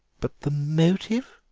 but the motive?